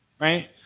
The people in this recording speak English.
Right